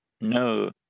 no